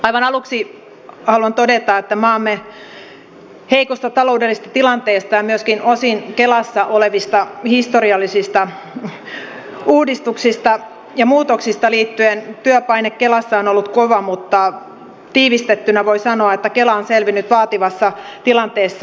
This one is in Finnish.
aivan aluksi haluan todeta että maamme heikosta taloudellisesta tilanteesta ja myöskin osin kelassa olevista historiallisista uudistuksista ja muutoksista johtuen työpaine kelassa on ollut kova mutta tiivistettynä voi sanoa että kela on selvinnyt vaativassa tilanteessa hyvin